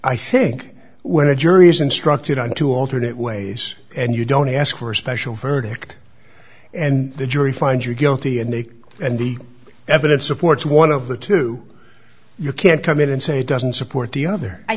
think when a jury is instructed on two alternate ways and you don't ask for a special verdict and the jury finds you guilty and they and the evidence supports one of the two you can't come in and say it doesn't support the other i